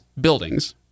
buildings